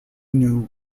new